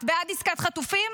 את בעד עסקת חטופים?